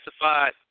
classified